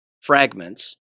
fragments